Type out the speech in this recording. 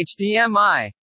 HDMI